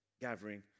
gathering